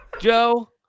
Joe